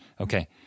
Okay